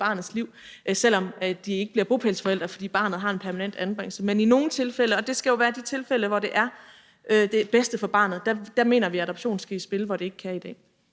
selv om de ikke bliver bopælsforældre, fordi barnet har en permanent anbringelse. Men i nogle tilfælde – og det skal jo være i de tilfælde, hvor det er det bedste for barnet – mener vi at adoption skal i spil, altså hvor det ikke er